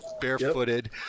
barefooted